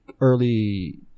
early